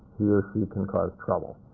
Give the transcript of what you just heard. he or she can cause trouble.